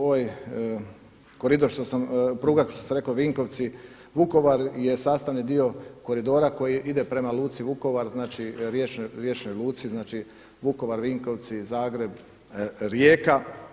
Ovaj koridor što sam, pruga što sam rekao Vinkovci – Vukovar je sastavni dio koridora koji ide prema luci Vukovar, znači riječnoj luci, znači Vukovar – Vinkovci – Zagreb – Rijeka.